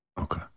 Okay